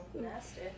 nasty